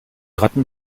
ratten